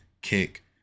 Kick